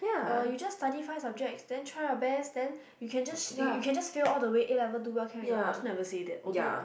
uh you just study five subjects then try your best then you can just you can just fail all the way A-Level do well can already what I also never say that although